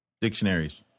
dictionaries